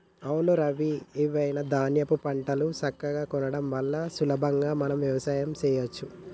అవును రవి ఐవివ ధాన్యాపు పంటలను సక్కగా కొనడం వల్ల సులభంగా మనం వ్యవసాయం సెయ్యచ్చు